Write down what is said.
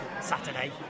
Saturday